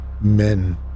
men